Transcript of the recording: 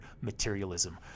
materialism